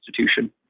institution